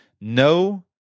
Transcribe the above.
no